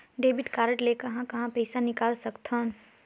Debit card ले कहां कहां पइसा निकाल सकथन?